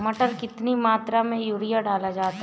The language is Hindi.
मटर में कितनी मात्रा में यूरिया डाला जाता है?